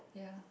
yeah